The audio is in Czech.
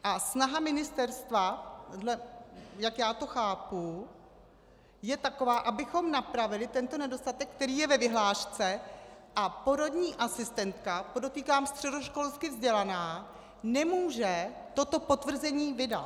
A snaha ministerstva, jak já to chápu, je taková, abychom napravili tento nedostatek, který je ve vyhlášce, a porodní asistentka, podotýkám středoškolsky vzdělaná, nemůže toto potvrzení vydat.